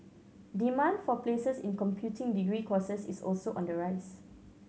demand for places in computing degree courses is also on the rise